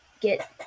get